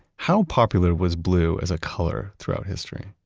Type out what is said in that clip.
how popular was blue as a color throughout history?